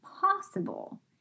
possible